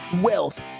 wealth